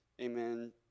Amen